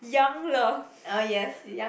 young love